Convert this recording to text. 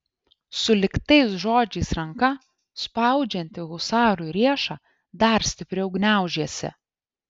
sulig tais žodžiais ranka spaudžianti husarui riešą dar stipriau gniaužėsi